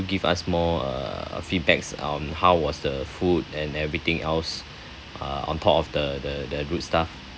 give us more uh feedbacks on how was the food and everything else uh on top of the the the rude stuff